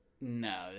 No